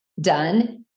done